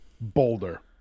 Boulder